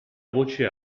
voce